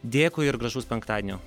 dėkui ir gražaus penktadienio